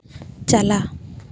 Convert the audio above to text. ᱪᱟᱞᱟᱜ